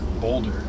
boulder